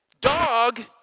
Dog